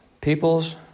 Peoples